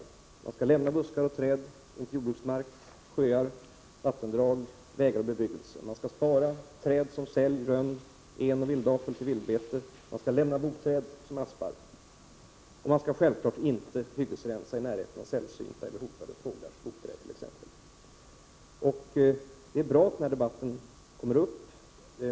Dessutom skall man lämna buskar och träd intill jordbruksmark, sjöar, vattendrag, vägar och bebyggelse, och man skall spara träd som sälg, rönn, en och därutöver även vildapel till vildbete, och man skall lämna boträd som aspar. Självfallet skall man inte hyggesrensa i närheten av t.ex. sällsynta eller hotade fåglars boträd. Det är bra att denna debatt kommer.